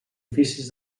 oficis